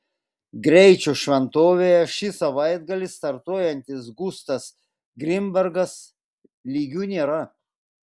greičio šventovėje ši savaitgalį startuojantis gustas grinbergas lygių nėra